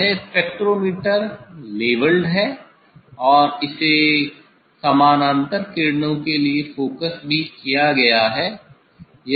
यह spectrometer levelled है और इसे समानांतर किरणों के लिए फोकस भी किया गया है